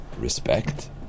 respect